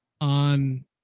on